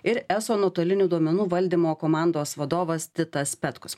ir eso nuotolinių duomenų valdymo komandos vadovas titas petkus